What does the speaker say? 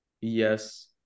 yes